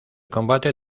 combate